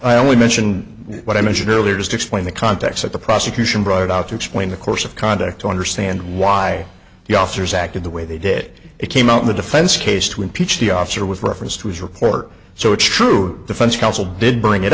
i only mention what i mentioned earlier just explain the context that the prosecution brought out to explain the course of conduct to understand why the officers acted the way they did it came out of the defense case to impeach the officer with reference to his report so it's true defense counsel didn't bring it